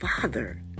Father